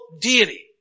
Deity